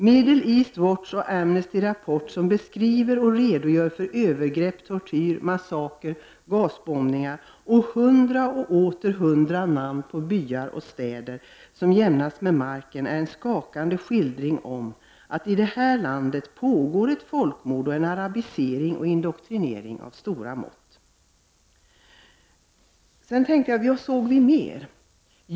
Middle East Watch och Amnesty rapport — som beskriver och redogör för övergrepp, tortyr, massakrer, gasbombningar och hundratals namn på byar och städer som jämnats med marken — ger en skakande skild ring av att det i detta land pågår ett folkmord och en arabisering och indoktrinering av stora mått. Vad såg vi mera?